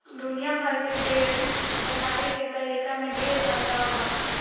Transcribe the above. दुनिया भर के डेयरी बनावे के तरीका में ढेर अलगाव बा